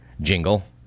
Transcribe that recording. jingle